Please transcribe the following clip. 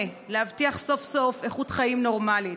להבטיח סוף-סוף איכות חיים נורמלית.